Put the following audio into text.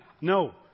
No